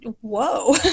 whoa